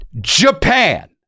Japan